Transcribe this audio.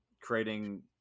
creating